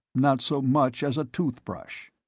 not so much as a toothbrush.